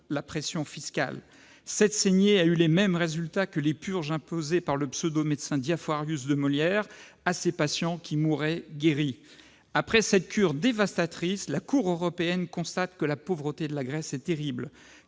la pression fiscale. Cette saignée a eu les mêmes résultats que les purges imposées par le pseudo-médecin Diafoirus de Molière à ses patients, qui mouraient guéris. Après cette cure dévastatrice, la Cour des comptes européenne constate que la pauvreté de la Grèce est terrible,